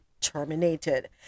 terminated